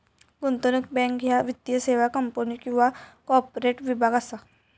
गुंतवणूक बँक ह्या वित्तीय सेवा कंपन्यो किंवा कॉर्पोरेट विभाग असा